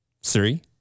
Siri